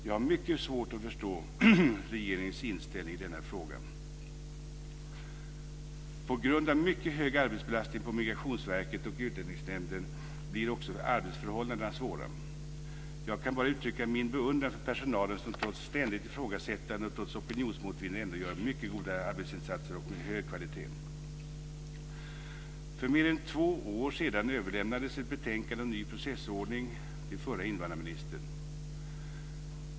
Jag har mycket svårt att förstå regeringens inställning i denna fråga. På grund av mycket hög arbetsbelastning på Migrationsverket och Utlänningsnämnden blir också arbetsförhållandena svåra. Jag kan bara uttrycka min beundran för personalen, som trots ständigt ifrågasättande och opinionsmässig motvind gör mycket goda arbetsinsatser med hög kvalitet. För mer än två år sedan överlämnades ett betänkande om ny processordning till förra invandrarministern.